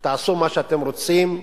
תעשו מה שאתם רוצים.